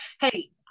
hey